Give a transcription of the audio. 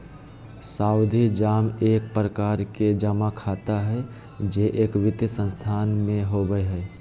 सावधि जमा एक प्रकार के जमा खाता हय जे एक वित्तीय संस्थान में होबय हय